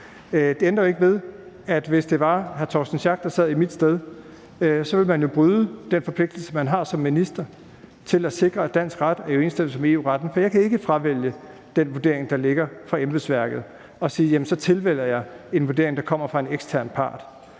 Det ændrer ikke ved, at hvis det var hr. Torsten Schack Pedersen, der sad i mit sted, så ville man jo bryde den forpligtelse, man har som minister, til at sikre, at dansk ret er i overensstemmelse med EU-retten. For jeg kan ikke fravælge den vurdering, der ligger fra embedsværket, og sige, at så tilvælger jeg en vurdering, der kommer fra en ekstern part.